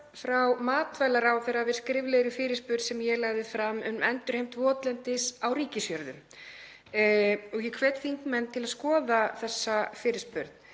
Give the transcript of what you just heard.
matvælaráðherra við skriflegri fyrirspurn sem ég lagði fram um endurheimt votlendis á ríkisjörðum. Ég hvet þingmenn til að skoða þessa fyrirspurn.